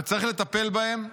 וצריך לטפל בהם.